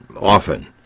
often